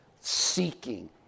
seeking